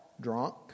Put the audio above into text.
drunk